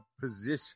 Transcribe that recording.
position